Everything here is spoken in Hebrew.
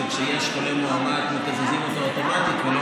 שכשיש חולה מאומת מקזזים אותו אוטומטית ולא